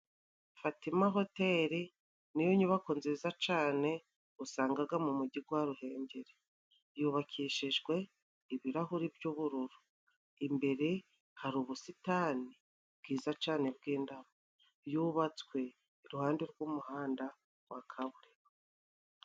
Fatima Hoteli niyo nyubako nziza cane usangaga mu Mujyi gwa Ruhengeri, yubakishijwe ibirahuri by'ubururu, imbere hari ubusitani bwiza cane bw'indabo, yubatswe iruhande rw'umuhanda wa kaburimbo.